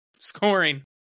Scoring